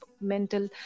mental